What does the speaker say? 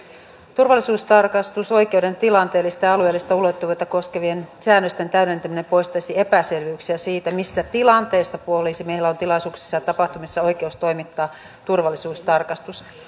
turvallisuustarkastusoikeuden tilanteellista ja alueellista ulottuvuutta koskevien säännösten täydentäminen poistaisi epäselvyyksiä siitä missä tilanteessa poliisimiehellä on tilaisuuksissa ja tapahtumissa oikeus toimittaa turvallisuustarkastus